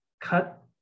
cut